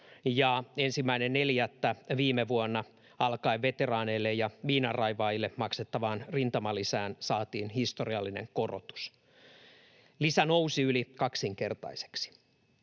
maksuttomia, ja 1.4. viime vuonna alkaen veteraaneille ja miinanraivaajille maksettavaan rintamalisään saatiin historiallinen korotus. Lisä nousi yli kaksinkertaiseksi.